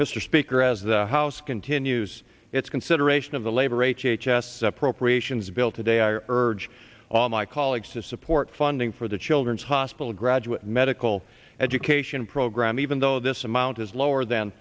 mr speaker as the house continues its consideration of the labor h h s appropriations bill today are urge all my colleagues to support funding for the children's hospital graduate medical education program even though this amount is lower than